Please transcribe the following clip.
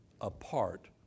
apart